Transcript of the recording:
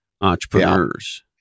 entrepreneurs